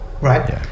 right